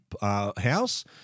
house